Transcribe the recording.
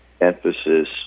emphasis